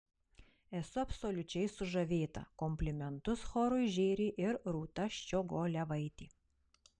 esu absoliučiai sužavėta komplimentus chorui žėrė ir rūta ščiogolevaitė